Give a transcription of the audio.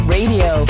Radio